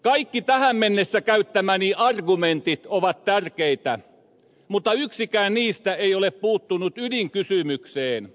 kaikki tähän mennessä käyttämäni argumentit ovat tärkeitä mutta yksikään niistä ei ole puuttunut ydinkysymykseen